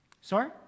Sorry